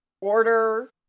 order